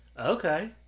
Okay